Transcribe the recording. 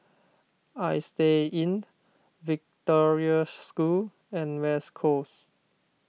Istay Inn Victoria School and West Coast